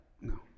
No